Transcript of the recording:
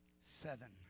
seven